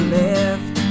left